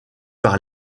par